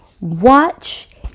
watch